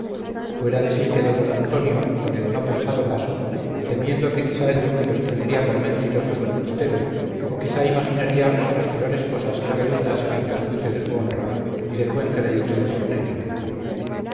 fuera de sí quedó don antonio con el no pensado caso temiendo que quizá el duque los tendría por mentirosos o embusteros o quizá imaginaría otras peores cosas que redundasen en perjuicio de su honra y del buen crédito de cornelia